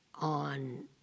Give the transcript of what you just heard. on